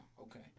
Okay